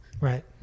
right